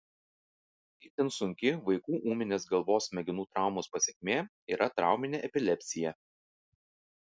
itin sunki vaikų ūminės galvos smegenų traumos pasekmė yra trauminė epilepsija